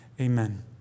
amen